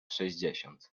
sześćdziesiąt